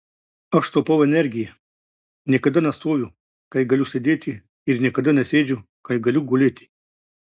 aš taupau energiją niekada nestoviu kai galiu sėdėti ir niekada nesėdžiu kai galiu gulėti